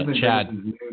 Chad